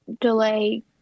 delay